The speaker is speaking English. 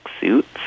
suits